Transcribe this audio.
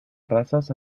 razas